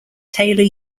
taylor